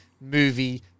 movie